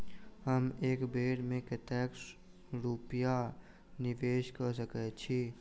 हम एक बेर मे कतेक रूपया निवेश कऽ सकैत छीयै?